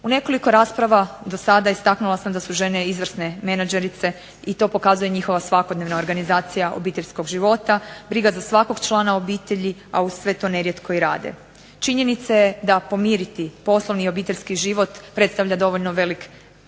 U nekoliko rasprava do sada istaknula sam da su žene izvrsne menadžerice i to pokazuje njihova svakodnevna organizacija obiteljskog života, briga za svakog člana obitelji a uz sve to nerijetko i rade. Činjenica je da pomiriti poslovni i obiteljski život predstavlja dovoljno velik zadatak